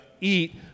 eat